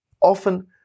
often